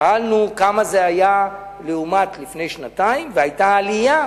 שאלנו כמה זה היה לעומת לפני שנתיים, והיתה עלייה